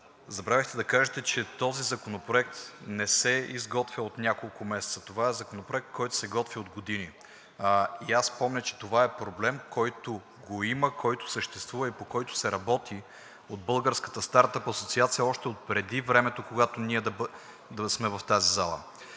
Забравихте да кажете, че този законопроект не се изготвя от няколко месеца, това е законопроект, който се готви от години и аз помня, че това е проблем, който го има, който съществува и по който се работи по Българската стартъп асоциация още отпреди времето, в което ние да сме в тази зала.